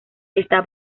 está